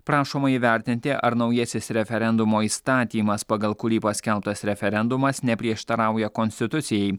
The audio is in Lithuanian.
prašoma įvertinti ar naujasis referendumo įstatymas pagal kurį paskelbtas referendumas neprieštarauja konstitucijai